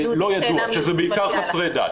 שזה בעיקר חסרי דת.